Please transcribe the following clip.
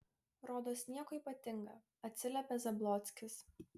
rodos nieko ypatinga atsiliepė zablockis